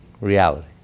reality